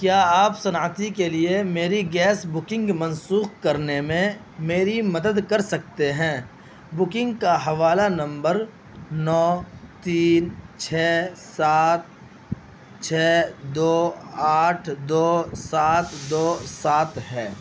کیا آپ صنعتی کے لیے میری گیس بکنگ منسوخ کرنے میں میری مدد کر سکتے ہیں بکنگ کا حوالہ نمبر نو تین چھ سات چھ دو آٹھ دو سات دو سات ہے